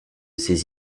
ces